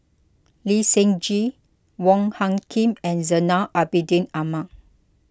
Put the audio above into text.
Lee Seng Gee Wong Hung Khim and Zainal Abidin Ahmad